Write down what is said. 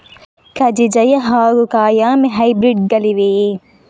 ಕಜೆ ಜಯ ಹಾಗೂ ಕಾಯಮೆ ಹೈಬ್ರಿಡ್ ಗಳಿವೆಯೇ?